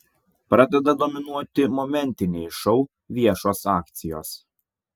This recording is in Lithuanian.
pradeda dominuoti momentiniai šou viešos akcijos